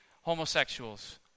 homosexuals